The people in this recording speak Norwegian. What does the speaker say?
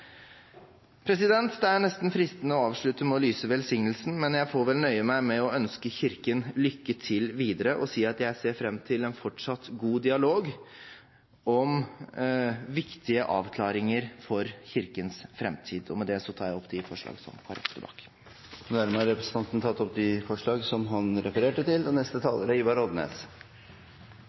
Det er nesten fristende å avslutte med å lyse velsignelsen, men jeg får vel nøye meg med å ønske Kirken lykke til videre, og si at jeg ser fram til en fortsatt god dialog om viktige avklaringer for Kirkens framtid. Og med det tar jeg opp det forslaget som Kristelig Folkeparti står bak. Representanten Anders Tyvand har tatt opp det forslaget han refererte til. Det er – som det er